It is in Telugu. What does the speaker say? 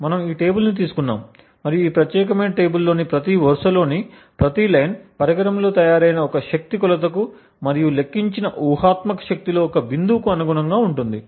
మనము ఈ టేబుల్ను తీసుకున్నాము మరియు ఈ ప్రత్యేకమైన టేబుల్ లోని ప్రతి వరుసలోని ప్రతి లైన్ పరికరంలో తయారైన ఒక శక్తి కొలతకు మరియు లెక్కించిన ఊహాత్మక శక్తిలో ఒక బిందువుకు అనుగుణంగా ఉంటుంది